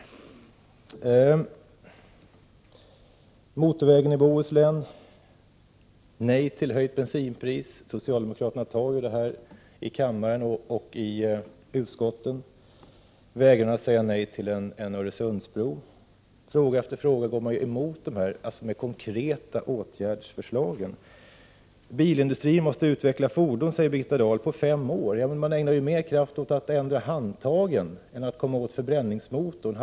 Socialdemokraterna beslutar att genomföra byggandet av motorvägen i Bohuslän, man säger nej till ett höjt bensinpris och man vägrar att säga nej till en Öresundsbro. Socialdemokraterna fattar de här besluten i kammaren och i utskotten. I fråga efter fråga går man emot dessa konkreta förslag till åtgärder. Birgitta Dahl säger att bilindustrin måste utveckla nya fordon på fem år. Men man ägnar ju mer tid åt att ändra handtagen än man ägnar åt att komma åt förbränningsmotorn.